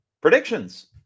predictions